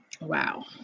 Wow